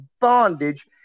bondage